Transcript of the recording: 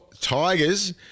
Tigers